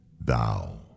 thou